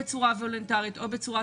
אני מציעה שבצורה וולונטרית או בצורת